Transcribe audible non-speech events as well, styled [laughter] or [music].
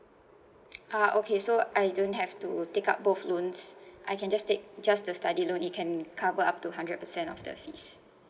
ah okay so I don't have to take up both loans [breath] I can just take just the study loan it can cover up to hundred percent of the fees